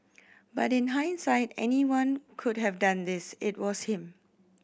but in hindsight anyone could have done this it was him